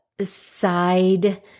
side